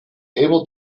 able